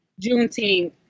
Juneteenth